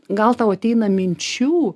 gal tau ateina minčių